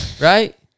Right